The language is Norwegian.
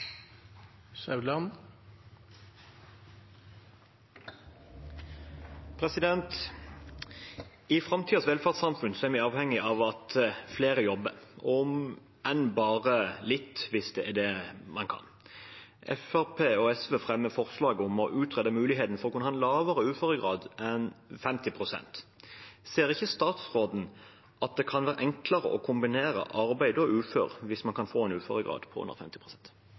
vi avhengig av at flere jobber, om enn bare litt, hvis det er det man kan. Fremskrittspartiet og SV fremmer forslag om å utrede muligheten for å kunne ha en lavere uføregrad enn 50 pst. Ser ikke statsråden at det kan være enklere å kombinere arbeid og uføretrygd hvis man kan få en uføregrad på under